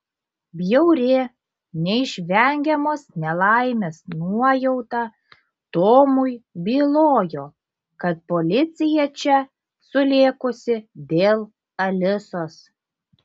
bjauri neišvengiamos nelaimės nuojauta tomui bylojo kad policija čia sulėkusi dėl alisos